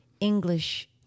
English